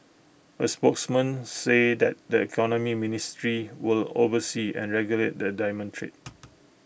A spokesman says that the economy ministry will oversee and regulate the diamond trade